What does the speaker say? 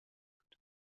بود